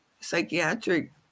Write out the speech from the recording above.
Psychiatric